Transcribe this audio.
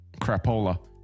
crapola